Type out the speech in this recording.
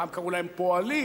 פעם קראו להם "פועלים",